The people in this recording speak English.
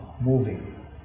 moving